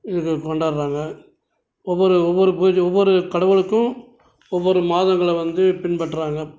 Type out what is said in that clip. இது கொண்டாடுறாங்க ஒவ்வொரு ஒவ்வொரு பூஜை ஒவ்வொரு கடவுளுக்கும் ஒவ்வொரு மாதங்களை வந்து பின்பற்றுறாங்க